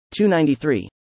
293